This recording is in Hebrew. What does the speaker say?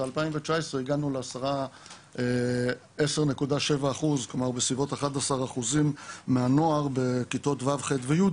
ב-2019 הגענו ל-10.7% מהנוער בכיתות ו' ח' ו-י'